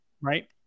Right